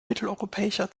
mitteleuropäischer